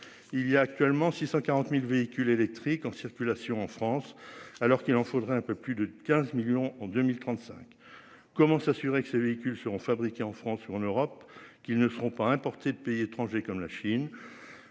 Il y a actuellement 640.000 véhicules électriques en circulation en France alors qu'il en faudrait un peu plus de 15 millions en 2035. Comment s'assurer que ces véhicules seront fabriqués en France ou en Europe qu'ils ne seront pas importer de pays étrangers comme la Chine.